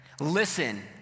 listen